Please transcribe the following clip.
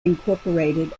incorporated